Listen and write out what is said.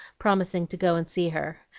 promising to go and see her.